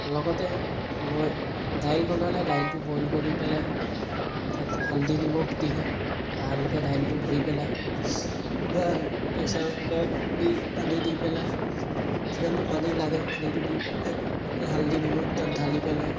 লগতে মই দাইল বনালে দাইলটো বইল কৰি পেলাই তাত হালধি নিমখ দি ভালকৈ দাইলটো ধুই পেলাই বা প্ৰেছাৰ কুকাৰত দি পানী দি পেলাই যিমানটো পানী লাগে পানীটো দি পেলাই হালধি নিমখ তাত ঢালি পেলাই